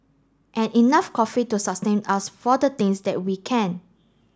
and enough coffee to sustain us for the things that we can